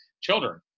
children